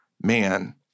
man